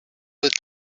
with